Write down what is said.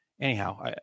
anyhow